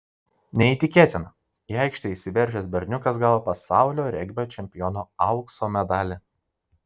neįtikėtina į aikštę įsiveržęs berniukas gavo pasaulio regbio čempiono aukso medalį